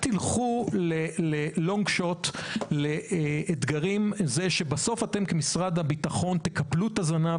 תסבירו את מה שהיה כאן,